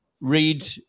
read